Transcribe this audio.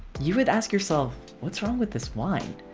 you would ask yourself what's wrong with this wine?